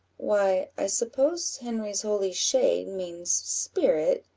why, i suppose henry's holy shade means spirit,